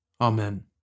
Amen